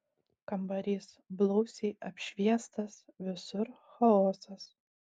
kambarys blausiai apšviestas visur chaosas